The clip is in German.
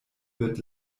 wird